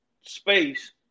space